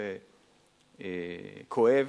נושא כואב,